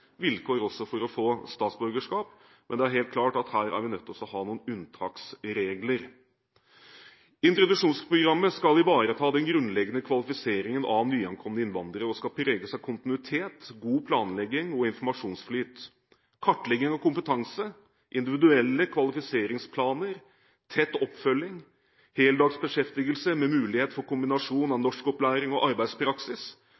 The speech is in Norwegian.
vilkår for å få statsborgerskap, men det er helt klart at her er vi nødt til å ha noen unntaksregler. Introduksjonsprogrammet skal ivareta den grunnleggende kvalifiseringen av nyankomne innvandrere og skal preges av kontinuitet, god planlegging og informasjonsflyt. Kartlegging og kompetanse, individuelle kvalifiseringsplaner, tett oppfølging, heldagsbeskjeftigelse med mulighet for kombinasjon av